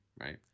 right